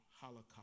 Holocaust